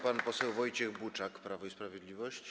Pan poseł Wojciech Buczak, Prawo i Sprawiedliwość.